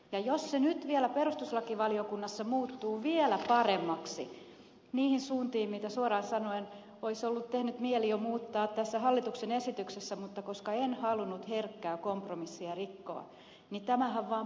ja jos se nyt vielä perustuslakivaliokunnassa muuttuu vielä paremmaksi niihin suuntiin mitä suoraan sanoen olisi ollut tehnyt mieli jo muuttaa tässä hallituksen esityksessä mutta en halunnut herkkää kompromissia rikkoa niin tämähän vaan paranee